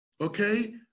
okay